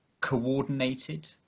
coordinated